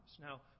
Now